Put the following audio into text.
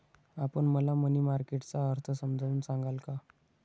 आपण मला money market चा अर्थ समजावून सांगाल का?